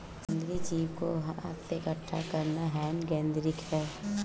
समुद्री जीव को हाथ से इकठ्ठा करना हैंड गैदरिंग है